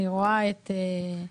אני רואה את ראשון,